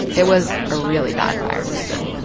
it was a really bad fire season